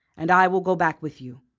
and i will go back with you.